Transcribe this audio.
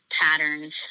patterns